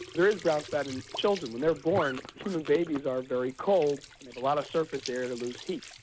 there is brown fat in children, when they're born human babies are very cold and have a lot of surface area to lose heat,